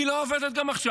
היא לא עובדת גם עכשיו,